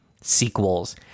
sequels